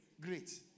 Great